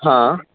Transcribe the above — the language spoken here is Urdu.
ہاں